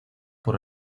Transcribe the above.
por